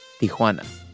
Tijuana